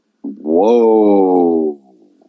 Whoa